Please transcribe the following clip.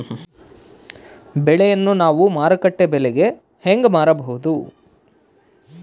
ಬೆಳೆಯನ್ನ ನಾವು ಮಾರುಕಟ್ಟೆ ಬೆಲೆಗೆ ಹೆಂಗೆ ಮಾರಬಹುದು?